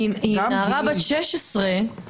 כי נערה בת 16,